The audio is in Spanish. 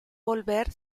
volver